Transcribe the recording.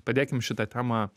padėkim šitą temą